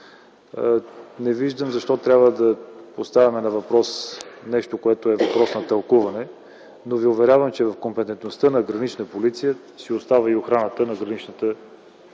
Не виждам защо трябва да поставяме на въпрос нещо, което е въпрос на тълкуване, но Ви уверявам, че в компетентността на Гранична полиция си остава и охрана на границата.